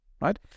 Right